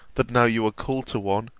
that now you are called to one,